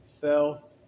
fell